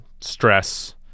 stress